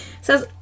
Says